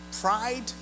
pride